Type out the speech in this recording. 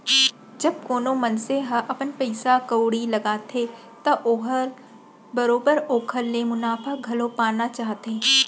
जब कोनो मनसे ह अपन पइसा कउड़ी लगाथे त ओहर बरोबर ओकर ले मुनाफा घलौ पाना चाहथे